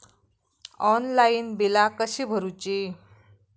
Online बिला कशी भरूची?